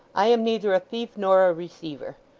i am neither a thief nor a receiver.